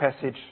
passage